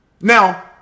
Now